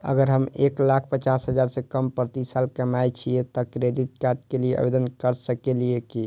अगर हम एक लाख पचास हजार से कम प्रति साल कमाय छियै त क्रेडिट कार्ड के लिये आवेदन कर सकलियै की?